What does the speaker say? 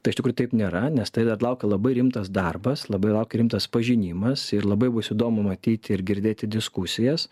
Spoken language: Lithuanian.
tai iš tikrųjų taip nėra nes tai dar laukia labai rimtas darbas labai laukia tas pažinimas ir labai bus įdomu matyti ir girdėti diskusijas